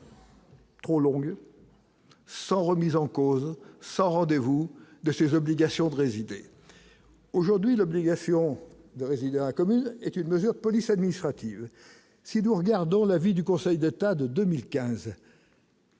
Trop longue, sans remise en cause sans rendez-vous de ses obligations de résider aujourd'hui l'obligation de résider à la commune est une mesure de police administrative si nous regardons l'avis du Conseil d'État de 2015.